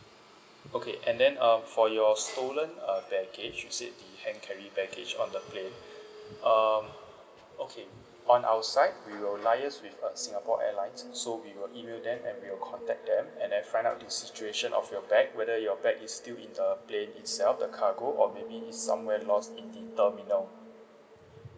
okay and then um for your stolen uh baggage you said the hand carry baggage on the plane um okay on our side we will liaise with uh singapore airlines so we will email them and we will contact them and then find out the situation of your bag whether your bag is still in the plane itself the cargo or maybe it's somewhere lost in the terminal